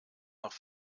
noch